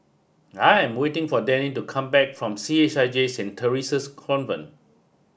I am waiting for Danny to come back from C H I J Saint Theresa's Convent